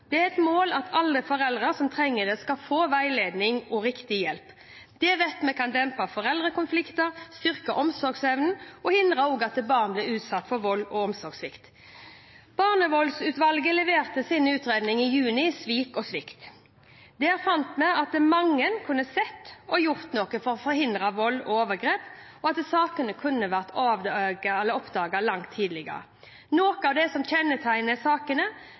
Det er et mål at alle foreldre som trenger det, skal få veiledning og riktig hjelp. Det vet vi kan dempe foreldrekonflikter, styrke omsorgsevnen og hindre at barn blir utsatt for vold og omsorgssvikt. Barnevoldsutvalget leverte sin utredning, Svikt og svik, i juni. Der fant en at mange kunne ha sett og gjort noe for å forhindre vold og overgrep, og at sakene kunne vært oppdaget langt tidligere. Noe av det som kjennetegnet sakene,